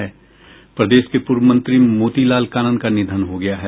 प्रदेश के पूर्व मंत्री मोती लाल कानन का निधन हो गया है